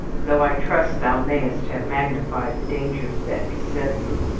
though i trust thou mayest have magnified the dangers that beset thee.